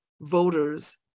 voters